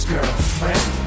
Girlfriend